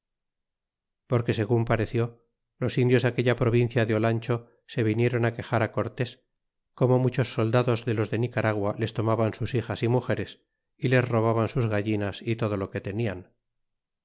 porque segun pareció los indios de aquella provincia de olancho se vinieron quexar cortés como muchos soldados de los de nicaragua les tomaban sus hijas y mugeres y les robaban sus gallinas y todo lo que tenian